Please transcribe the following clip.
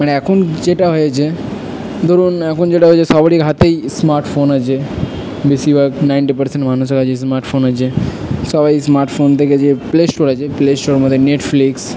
মানে এখন যেটা হয়েছে ধরুন এখন যেটা হয়েছে সবারই হাতেই ইস্মার্টফোন আছে বেশিরভাগ নাইনটি পার্সেন্ট মানুষের কাছেই স্মার্টফোন আছে সবাই স্মার্টফোন থেকে যে প্লে স্টোর আছে প্লে স্টোরের মধ্যে নেটফ্লিক্স